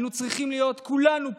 אנו צריכים להיות כולנו פה,